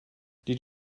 did